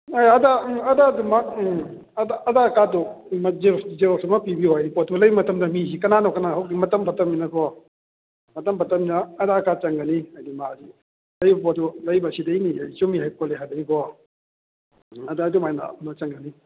ꯑꯦ ꯑꯙꯥꯔ ꯑꯗꯨꯝ ꯎꯝ ꯑꯗ ꯑꯙꯥꯔ ꯀꯥꯔꯠꯇꯣ ꯑꯃ ꯖꯦꯔꯣꯛꯁ ꯖꯦꯔꯣꯛꯔꯁ ꯑꯃ ꯄꯤꯕꯤꯔꯣ ꯍꯥꯏꯗꯤ ꯄꯣꯠꯇꯣ ꯂꯩꯕ ꯃꯇꯝꯗ ꯃꯤꯁꯤ ꯀꯅꯥꯅꯣ ꯀꯅꯥ ꯍꯧꯖꯤꯛ ꯃꯇꯝ ꯐꯠꯇꯝꯅꯤꯅꯀꯣ ꯃꯇꯝ ꯐꯠꯇꯝꯅꯤꯅ ꯑꯚꯥꯔ ꯀꯥꯔꯠ ꯆꯪꯒꯅꯤ ꯍꯥꯏꯗꯤ ꯃꯥꯒꯤ ꯂꯩꯔꯤꯕ ꯄꯣꯠꯇꯨ ꯂꯩꯕ ꯁꯤꯗꯩ ꯃꯤꯁꯦ ꯆꯨꯝꯃꯤ ꯈꯣꯠꯂꯤ ꯍꯥꯏꯕꯒꯤꯀꯣ ꯑꯗꯥꯏ ꯑꯗꯨꯃꯥꯏꯅ ꯑꯃ ꯆꯪꯒꯅꯤ